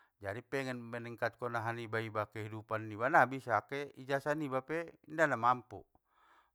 Jadi pengen meningkatkon aha niba iba kehidupan niba, nabisa, ke ijasah niba pe, indana mampu.